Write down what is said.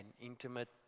intimate